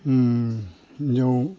बेयाव